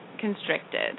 constricted